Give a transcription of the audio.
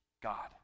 God